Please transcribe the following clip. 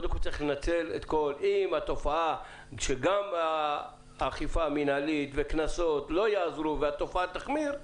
אם גם האכיפה המינהלית וקנסות לא יעזרו והתופעה תחמיר,